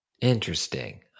Interesting